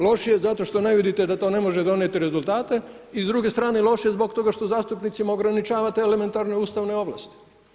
Loš je zato što ne vidite da to ne može donijeti rezultate i s druge strane loš je zbog toga što zastupnicima ograničavate elementarne ustavne ovlasti.